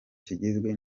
kigizwe